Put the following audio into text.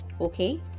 Okay